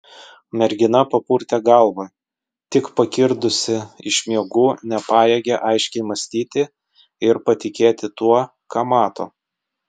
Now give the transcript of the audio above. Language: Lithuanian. mergina papurtė galvą tik pakirdusi iš miegų nepajėgė aiškiai mąstyti ir patikėti tuo ką mato